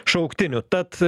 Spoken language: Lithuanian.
šauktinių tad